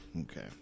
Okay